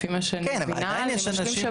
לפי מה שאני מבינה למשלים שב"ן.